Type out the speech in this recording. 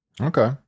Okay